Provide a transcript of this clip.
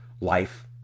life